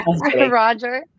Roger